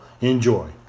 enjoy